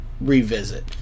revisit